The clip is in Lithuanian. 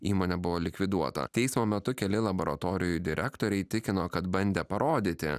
įmonė buvo likviduota teismo metu keli laboratorijų direktoriai tikino kad bandė parodyti